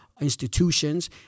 institutions